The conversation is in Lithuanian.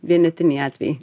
vienetiniai atvejai